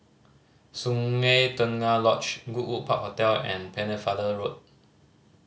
Sungei Tengah Lodge Goodwood Park Hotel and Pennefather Road